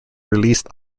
released